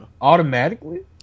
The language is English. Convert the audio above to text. Automatically